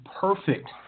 perfect